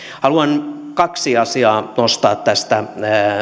haluan kaksi asiaa nostaa tästä